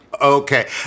Okay